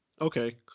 okay